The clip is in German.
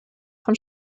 von